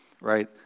right